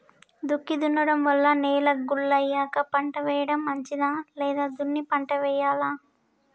దుక్కి దున్నడం వల్ల నేల గుల్ల అయ్యాక పంట వేయడం మంచిదా లేదా దున్ని పంట వెయ్యాలా?